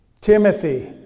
Timothy